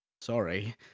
Sorry